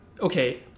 okay